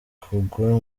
kugwa